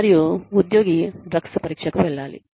మరియు ఉద్యోగి డ్రగ్స్ పరీక్షకు వెళ్లాలి